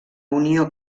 unió